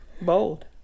Bold